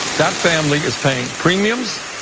that family is paying premiums,